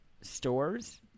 stores